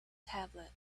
tablet